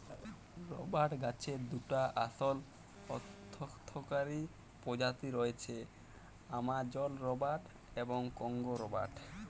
রবাট গাহাচের দুটা আসল অথ্থকারি পজাতি রঁয়েছে, আমাজল রবাট এবং কংগো রবাট